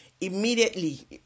immediately